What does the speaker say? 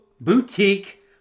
Boutique